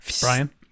Brian